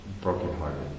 brokenhearted